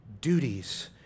duties